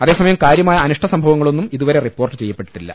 അതേസമയം കാര്യമായ ആനിഷ്ടസംഭവങ്ങളൊന്നും ഇതുവരെ റിപ്പോർട്ട് ചെയ്യപ്പെട്ടില്ല